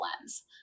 lens